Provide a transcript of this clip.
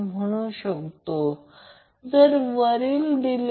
तर हे Z1 Z2 आणि Z3 आणि ही आकृती 7 आहे